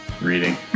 reading